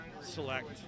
select